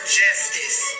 justice